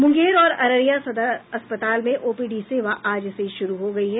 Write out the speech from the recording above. मुंगेर और अररिया सदर अस्पताल में ओपीडी सेवा आज से शुरू हो गयी है